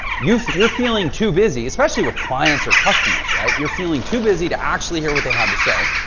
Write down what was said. you, you're feeling too busy, especially with clients or customers, right? you're feeling too busy to actually hear what they have to say.